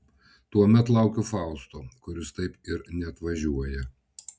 tuomet laukiu fausto kuris taip ir neatvažiuoja